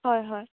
হয় হয়